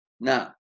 Now